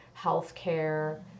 healthcare